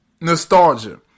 Nostalgia